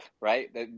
right